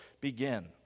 begin